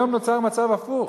היום נוצר מצב הפוך,